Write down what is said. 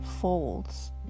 folds